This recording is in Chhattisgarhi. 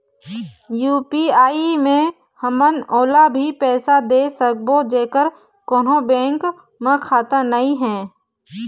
यू.पी.आई मे हमन ओला भी पैसा दे सकबो जेकर कोन्हो बैंक म खाता नई हे?